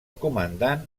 comandant